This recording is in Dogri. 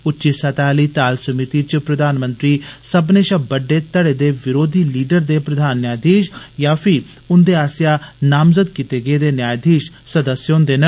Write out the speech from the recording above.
उच्ची स्तह आली ताल समीति च प्रधानमंत्री सब्बनें षा बड्डे धड़े दे विरोधी लीडर ते प्रधान न्यायधीष यां फीह् उन्दे आस्सेआ नामजद कीते गेदे न्यायधीष सदस्य हुन्दे न